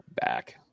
back